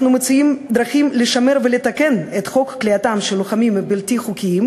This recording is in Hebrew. אנחנו מציעים דרכים לשמר ולתקן את חוק כליאתם של לוחמים בלתי חוקיים,